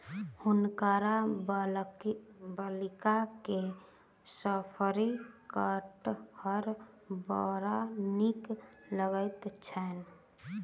हुनकर बालिका के शफरी कटहर बड़ नीक लगैत छैन